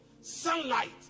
sunlight